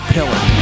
Pillar